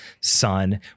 son